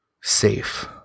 safe